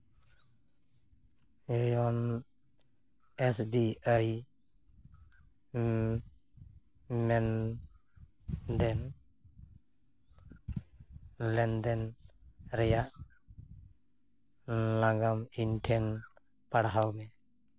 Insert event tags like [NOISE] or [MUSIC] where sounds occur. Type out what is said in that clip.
[UNINTELLIGIBLE] S B I ᱢᱮᱱᱫᱮᱱ ᱞᱮᱱᱫᱮᱱ ᱨᱮᱭᱟᱜ ᱱᱟᱜᱟᱢ ᱤᱧ ᱴᱷᱮᱱ ᱯᱟᱲᱦᱟᱣ ᱢᱮ